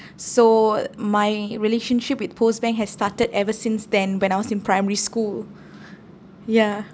so my relationship with POSB bank has started ever since then when I was in primary school ya